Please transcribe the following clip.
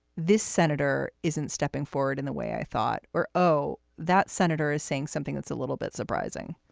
this senator isn't stepping forward in the way i thought? or, oh, that senator is saying something that's a little bit surprising?